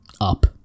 up